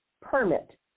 permit